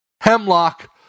hemlock